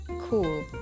cool